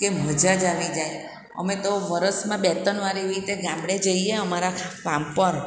કે મજા જ આવી જાય અમે તો વરસમાં બે ત્રણ વાર એવી રીતે ગામડે જઈએ અમારા ફામ પર